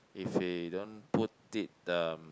if we don't put it um